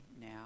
now